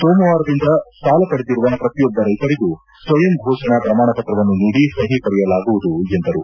ಸೋಮವಾರದಿಂದ ಸಾಲ ಪಡೆದಿರುವ ಪ್ರತಿಯೊಬ್ಬ ರೈತರಿಗೂ ಸ್ವಯಂ ಘೋಷಣ ಪ್ರಮಾಣ ಪತ್ರವನ್ನು ನೀಡಿ ಸಹಿ ಪಡೆಯಲಾಗುವುದು ಎಂದರು